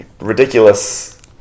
ridiculous